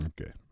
Okay